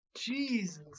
Jesus